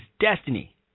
destiny